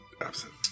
absent